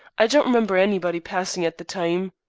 i don't remember anybody passin' at the time.